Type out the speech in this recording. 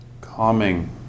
Calming